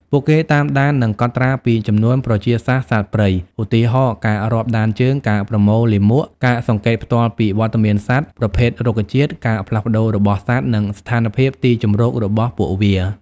ពួកគេតាមដាន និងកត់ត្រាពី ចំនួនប្រជាសាស្ត្រសត្វព្រៃ ឧទាហរណ៍ ការរាប់ដានជើង ការប្រមូលលាមក ការសង្កេតផ្ទាល់ពីវត្តមានសត្វ ប្រភេទរុក្ខជាតិ ការផ្លាស់ទីរបស់សត្វ និងស្ថានភាពទីជម្រករបស់ពួកវា។